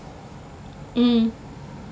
mm